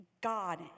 God